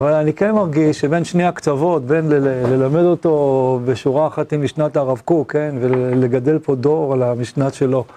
אבל אני כן מרגיש שבין שני הקצוות, בין ללמד אותו בשורה אחת עם משנת הרב קוק, כן? ולגדל פה דור על המשנה שלו.